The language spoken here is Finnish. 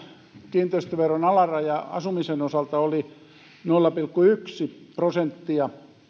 kiinteistöveron alaraja asumisen osalta oli nolla pilkku yksi prosenttia